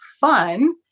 fun